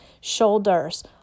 shoulders